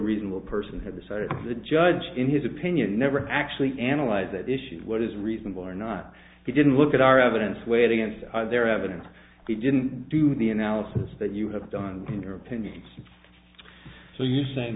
reasonable person have the side of the judge in his opinion never actually analyze that issue what is reasonable or not he didn't look at our evidence weigh it against their evidence he didn't do the analysis that you have done in your opinion it's so you're saying